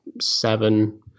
seven